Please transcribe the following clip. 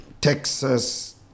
texas